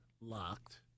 locked